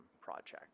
project